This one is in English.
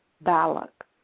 Balak